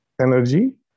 energy